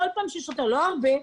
כל פעם ששוטר - לא הרבה.